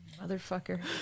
motherfucker